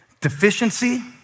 deficiency